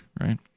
right